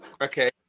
okay